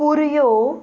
पुरयो